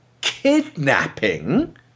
kidnapping